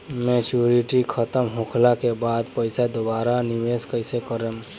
Maturity खतम होला के बाद पईसा दोबारा निवेश कइसे करेम?